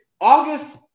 august